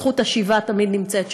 זכות השיבה תמיד נמצאת שם.